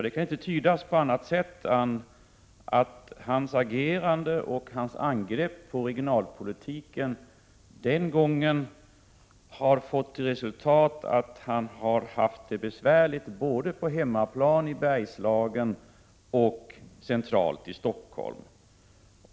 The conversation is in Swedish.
Det kan inte tydas på annat sätt än att hans angrepp den gången på regionalpolitiken lett till att han har fått det besvärligt både på hemmaplan i Bergslagen och centralt i Stockholm.